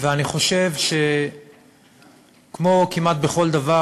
אני חושב שכמו כמעט בכל דבר,